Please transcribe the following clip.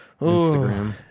Instagram